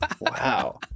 Wow